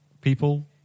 People